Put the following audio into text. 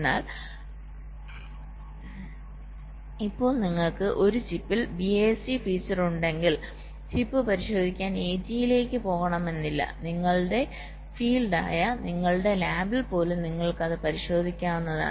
എന്നാൽ ഇപ്പോൾ നിങ്ങൾക്ക് ഒരു ചിപ്പിൽ BIST ഫീച്ചർ ഉണ്ടെങ്കിൽ ചിപ്പ് പരിശോധിക്കാൻ ATE ലേക്ക് പോകണമെന്നില്ല നിങ്ങളുടെ ഫീൽഡ് ആയ നിങ്ങളുടെ ലാബിൽ പോലും നിങ്ങൾക്ക് അത് പരിശോധിക്കാവുന്നതാണ്